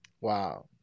wow